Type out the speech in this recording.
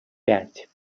пять